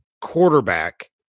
quarterback